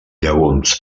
llegums